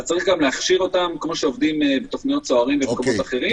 צריך להכשיר אותם כמו שעובדים בתוכניות צוערים במקומות אחרים.